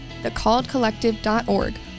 thecalledcollective.org